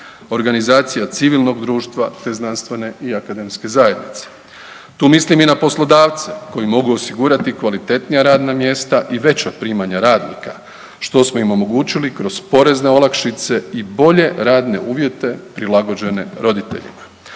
organizacija civilnog društva, te znanstvene i akademske zajednice. Tu mislim i na poslodavce koji mogu osigurati kvalitetnija radna mjesta i veća primanja radnika, što smo im omogućili kroz porezne olakšice i bolje radne uvjete prilagođene roditeljima.